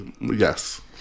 Yes